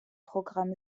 programm